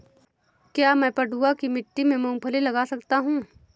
क्या मैं पडुआ की मिट्टी में मूँगफली लगा सकता हूँ?